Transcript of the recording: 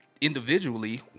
individually